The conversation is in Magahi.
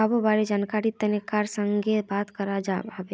कार्गो बारे जानकरीर तने कार संगे बात करवा हबे